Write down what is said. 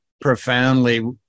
profoundly